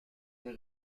est